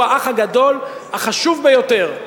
הוא האח הגדול החשוב ביותר.